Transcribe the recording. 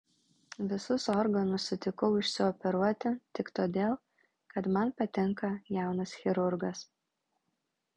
visus organus sutikau išsioperuoti tik todėl kad man patinka jaunas chirurgas